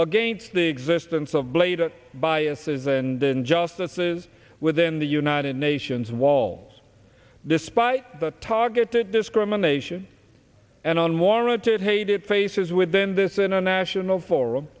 against the existence of blatant biases and injustices within the united nations wall despite the targeted discrimination and unwarranted hate it faces within this international forum